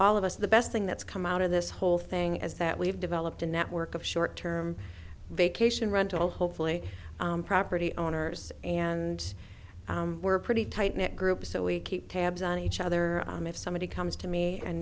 all of us the best thing that's come out of this whole thing as that we've developed a network of short term vacation rental hopefully property owners and we're pretty tight knit group so we keep tabs on each other if somebody comes to me and